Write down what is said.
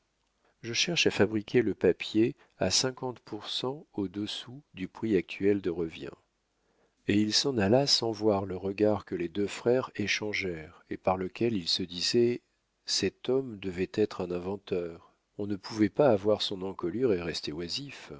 je cherche à fabriquer le papier à cinquante pour cent au-dessous du prix actuel de revient et il s'en alla sans voir le regard que les deux frères échangèrent et par lequel ils se disaient cet homme devait être un inventeur on ne pouvait pas avoir son encolure et rester oisif